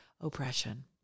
oppression